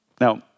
Now